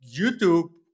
YouTube